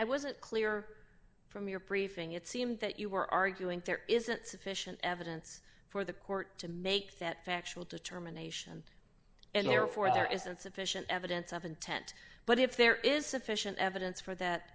it wasn't clear from your prefer it seemed that you were arguing there isn't sufficient evidence for the court to make that factual determination and therefore there is insufficient evidence of intent but if there is sufficient evidence for that